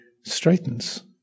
straightens